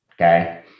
Okay